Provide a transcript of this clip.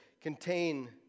contain